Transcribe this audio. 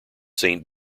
saint